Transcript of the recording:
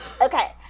okay